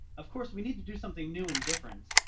of course, we need to do something new and different.